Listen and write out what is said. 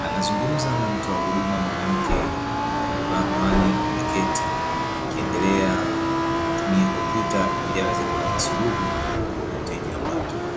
anazungumza na mtoa huduma mwanamke ameketi, akiendelea kutumia kompyuta ili aweze kupata suluhu na mteja wake.